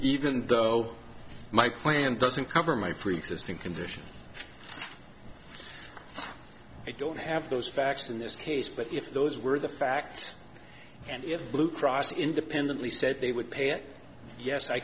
even though my plan doesn't cover my free system conditions i don't have those facts in this case but if those were the facts and if blue cross independently said they would pay it yes i